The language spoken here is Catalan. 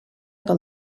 del